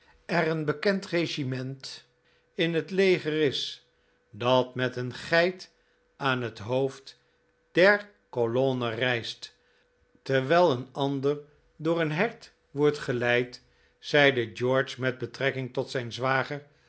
er een bekend regiment in het leger is dat met een geit aan het hoofd der colonne reist terwijl een ander door een hert wordt geleid zeide george met betrekking tot zijn zwager